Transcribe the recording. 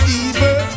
evil